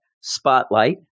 spotlight